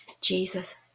Jesus